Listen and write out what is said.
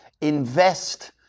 invest